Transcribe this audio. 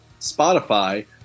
Spotify